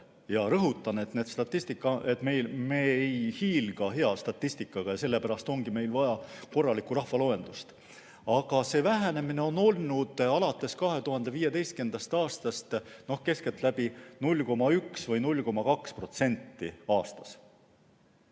ma rõhutan, et me ei hiilga hea statistikaga ja sellepärast ongi vaja uut korralikku rahvaloendust – olnud alates 2015. aastast keskeltläbi 0,1 või 0,2% aastas.